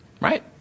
Right